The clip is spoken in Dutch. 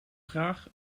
graag